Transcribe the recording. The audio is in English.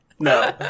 No